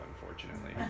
unfortunately